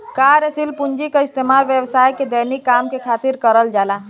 कार्यशील पूँजी क इस्तेमाल व्यवसाय के दैनिक काम के खातिर करल जाला